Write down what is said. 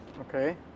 Okay